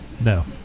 No